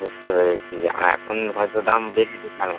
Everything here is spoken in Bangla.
বুঝতে পেরেছি এখন হয়তো দাম বেশি দোকানেতে